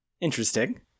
Interesting